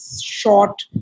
short